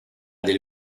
del